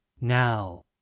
Now